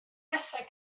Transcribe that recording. bethau